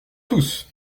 tous